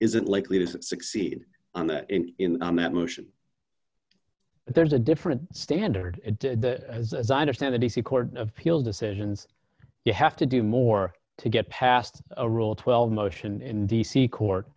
isn't likely to succeed on that and in that motion there's a different standard as as i understand the d c court of appeals decisions you have to do more to get past a rule twelve motion in d c court